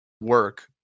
work